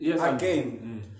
again